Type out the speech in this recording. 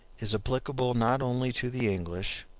is applicable not only to the english,